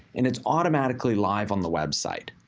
and it's automatically live on the website.